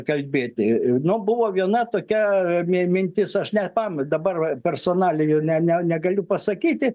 kalbėti nu buvo viena tokia min mintis aš nepamenu dabar personalijų ne ne negaliu pasakyti